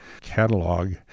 catalog